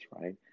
right